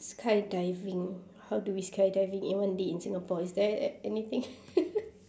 skydiving how do we skydiving everyone did in singapore is there a~ anything